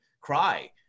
cry